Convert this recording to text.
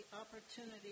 opportunity